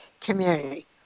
community